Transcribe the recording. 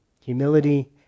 Humility